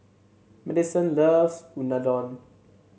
Madison loves Unadon